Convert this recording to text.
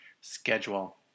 schedule